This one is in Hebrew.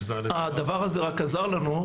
הדבר הזה רק עזר לנו,